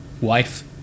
wife